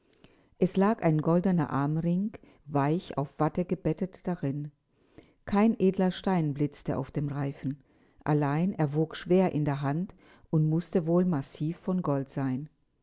es lag ein goldener armring weich auf watte gebettet darin kein edler stein blitzte an dem reifen allein er wog schwer in der hand und mußte wohl massiv von gold sein